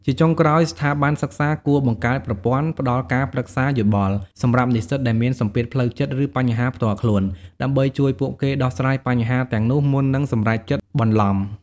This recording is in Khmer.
ជាចុងក្រោយ ស្ថាប័នសិក្សាគួរបង្កើតប្រព័ន្ធ ផ្ដល់ការប្រឹក្សាយោបល់ សម្រាប់និស្សិតដែលមានសម្ពាធផ្លូវចិត្ត ឬបញ្ហាផ្ទាល់ខ្លួន ដើម្បីជួយពួកគេដោះស្រាយបញ្ហាទាំងនោះមុននឹងសម្រេចចិត្តបន្លំ។